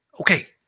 Okay